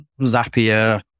zapier